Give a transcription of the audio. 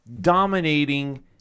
dominating